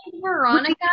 Veronica